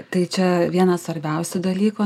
tai čia vienas svarbiausių dalykų